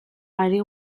ari